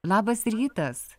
labas rytas